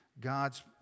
God's